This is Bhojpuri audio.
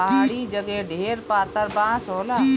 पहाड़ी जगे ढेर पातर बाँस होला